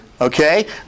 Okay